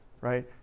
right